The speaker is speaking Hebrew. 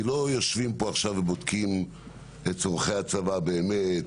כי לא יושבים פה ובודקים את צרכי הצבא באמת,